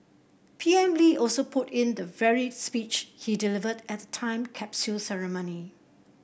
P M Lee also put in the very speech he delivered at the time capsule ceremony